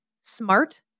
smart